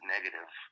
Negative